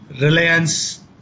Reliance